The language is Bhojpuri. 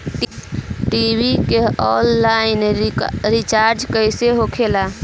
टी.वी के आनलाइन रिचार्ज कैसे होखी?